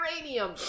uranium